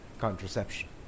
contraception